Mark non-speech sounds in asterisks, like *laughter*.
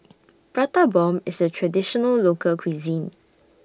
*noise* Prata Bomb IS A Traditional Local Cuisine